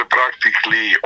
practically